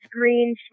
green